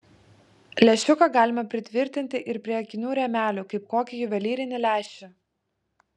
lęšiuką galima pritvirtinti ir prie akinių rėmelių kaip kokį juvelyrinį lęšį